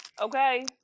Okay